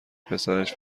پسرش